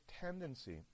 tendency